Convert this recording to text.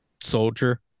soldier